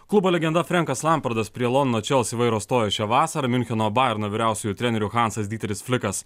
klubo legenda frenkas lampardas prie londono chelsea vairo stojo šią vasarą miuncheno bajerno vyriausiuoju treneriu hansas diteris flikas